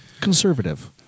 conservative